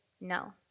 no